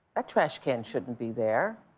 trashcan shouldn't be there.